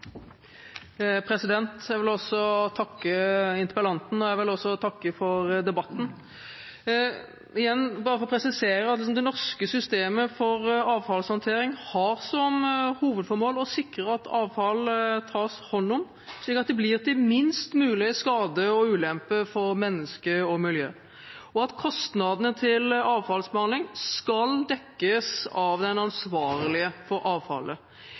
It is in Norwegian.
jeg vil også få takke for debatten. Igjen, bare for å presisere: Det norske systemet for avfallshåndtering har som hovedformål å sikre at avfall tas hånd om, slik at det blir til minst mulig skade og ulempe for mennesker og miljø, og at kostnadene til avfallsbehandling skal dekkes av den ansvarlige for avfallet.